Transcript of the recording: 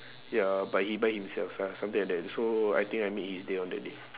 ya but he buy himself ya something like that so I think I made his day on that day